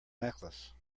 necklace